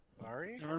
Sorry